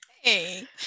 Hey